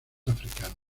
africanos